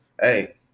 Hey